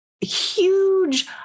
Huge